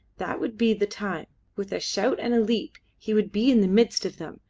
that would be the time with a shout and a leap he would be in the midst of them,